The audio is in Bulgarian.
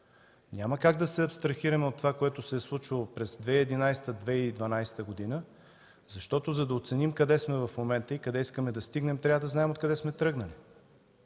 Няма как да се абстрахираме от случилото се през 2011 г., 2012 г., защото за да оценим къде сме в момента и къде искаме да стигнем, трябва да знаем откъде сме тръгнали.